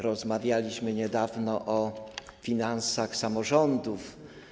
Rozmawialiśmy niedawno o finansach samorządów.